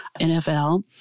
NFL